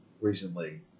recently